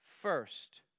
first